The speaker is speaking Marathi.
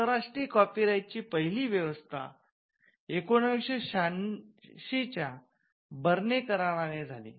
आंतराष्ट्रीय कॉपी राईट ची पहिली व्यवस्था १९८६ च्या बर्ने कराराने झाली